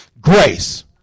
Grace